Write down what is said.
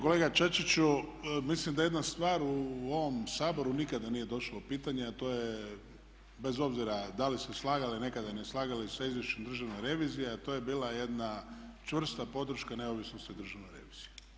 Kolega Čačiću, mislim da je jedna stvar u ovom Saboru nikada nije došlo u pitanje, a to je bez obzira da li se slagali nekada ili ne slagali sa izvješćem Državne revizije, a to je bila jedna čvrsta podrška neovisnosti Državne revizije.